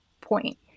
point